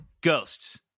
Ghosts